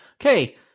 Okay